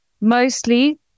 Mostly